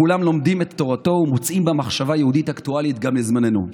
כולם לומדים את תורתו ומוצאים בה מחשבה יהודית אקטואלית גם לזמננו.